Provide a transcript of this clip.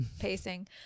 pacing